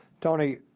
Tony